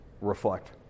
reflect